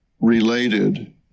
related